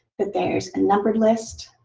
that there's a numbered list.